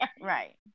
Right